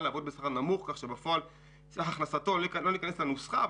לעבוד בשכר נמוך כך שבפועל סך הכנסתו לא ניכנס לנוסחה,